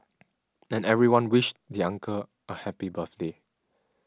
and everyone wished the uncle a happy birthday